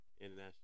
international